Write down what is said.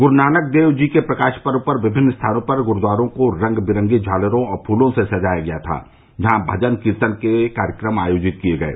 गुरूनानक देव जी के प्रकाश पर्व पर विभिन्न स्थानों पर गुरूद्वारों को रंग बिरंगी झालरों और फूलों से सजाया गया था जहाँ भजन कीर्तन के कार्यक्रम आयोजित किये गये